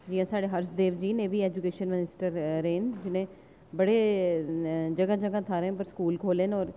जि'यां स्हाड़े हर्ष देव जी एह् बी साढ़े एजुकेशन मिनिस्टर्स रेह् न जि'नें बड़े जगह जगह थाह्रें पर स्कूल खोह्ले दे न और